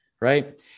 right